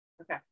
Okay